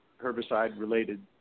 herbicide-related